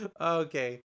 Okay